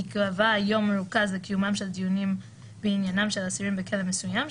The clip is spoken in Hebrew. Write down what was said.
יקבע יום מרוכז לקיומם של דיונים בעניינם של אסירים בכלא מסוים,